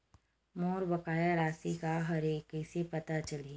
मोर बकाया राशि का हरय कइसे पता चलहि?